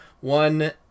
one